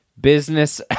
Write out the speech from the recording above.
Business